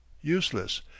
useless